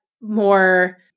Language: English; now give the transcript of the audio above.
more